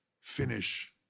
finish